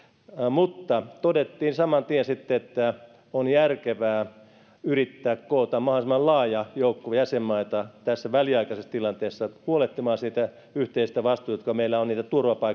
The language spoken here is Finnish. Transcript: mutta todettiin saman tien sitten että on järkevää yrittää koota mahdollisimman laaja joukko jäsenmaita tässä väliaikaisessa tilanteessa huolehtimaan niistä yhteisistä vastuista jotka meillä on